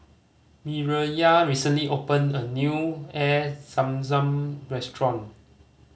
Mireya recently opened a new Air Zam Zam restaurant